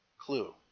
Clue